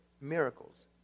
miracles